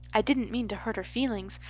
i dident mean to hurt her feelings.